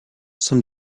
some